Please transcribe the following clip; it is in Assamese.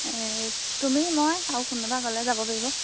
এই তুমি মই আৰু কোনোবা গ'লে যাব পাৰিব